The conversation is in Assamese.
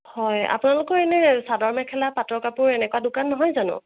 হয় আপোনালোকৰ এনেই চাদৰ মেখেলা পাটৰ কাপোৰ এনেকুৱা দোকান নহয় জানো